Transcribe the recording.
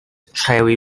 cherry